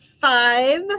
five